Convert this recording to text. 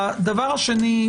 הדבר השני,